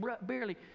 barely